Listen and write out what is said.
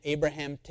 Abraham